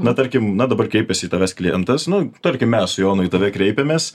na tarkim na dabar kreipiasi į taves klientas nu tarkim mes su jonu į tave kreipiamės